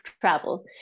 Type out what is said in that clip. travel